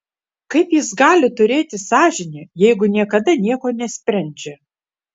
kaip jis gali turėti sąžinę jeigu niekada nieko nesprendžia